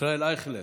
ישראל אייכלר,